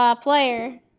player